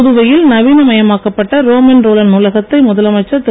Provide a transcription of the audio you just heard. புதுவையில் நவீனமயமாக்கப்பட்ட Romain Rolland நூலகத்தை முதலமைச்சர் திரு